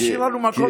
תשאיר לנו מקום לספק.